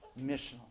missional